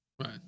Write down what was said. Right